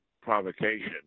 provocation